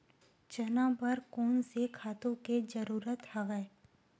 चना बर कोन से खातु के जरूरत हवय?